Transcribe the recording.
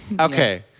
Okay